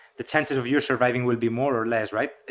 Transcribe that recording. the changes of your surviving will be more or less. right